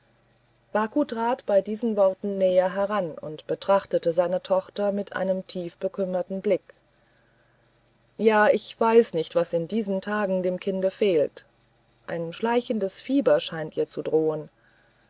baku trat bei diesen worten näher heran und betrachtete seine tochter mit einem tiefbekümmerten blick ja ich weiß nicht was in diesen tagen dem kinde fehlt ein schleichendes fieber scheint ihr zu drohen